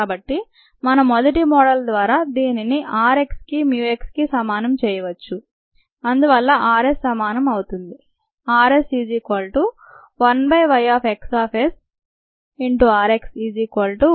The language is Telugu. కాబట్టి మన మొదటి మోడల్ ద్వారా దీనిని r x కి mu x సమానం అని రాయవచ్చు అందువల్ల r s సమానం అవుతుంది